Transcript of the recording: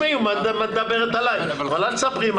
שאלת, אני אענה.